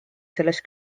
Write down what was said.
selles